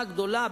והמעצמה הגדולה,